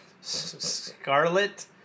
scarlet